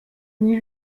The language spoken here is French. nid